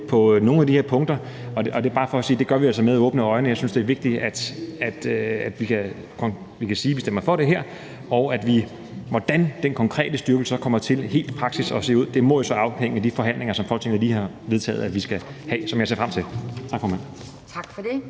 på nogle af de her punkter. Det er bare for at sige, at det gør vi altså med åbne øjne. Jeg synes, det er vigtigt, at vi kan sige, at vi stemmer for det her. Hvordan den konkrete styrkelse så helt i praksis kommer til at se ud, må jo så afhænge af de forhandlinger, som Folketinget lige har vedtaget at vi skal have, og som jeg ser frem til. Tak, formand.